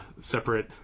separate